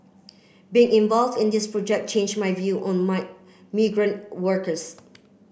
being involved in this project change my view on my migrant workers